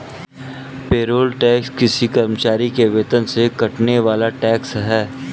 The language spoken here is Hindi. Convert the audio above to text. पेरोल टैक्स किसी कर्मचारी के वेतन से कटने वाला टैक्स है